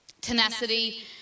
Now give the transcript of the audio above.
tenacity